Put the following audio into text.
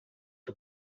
who